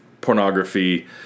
pornography